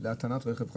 להטענת רכב חשמלי.